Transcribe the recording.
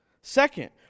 Second